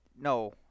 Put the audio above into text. no